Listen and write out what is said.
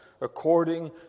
according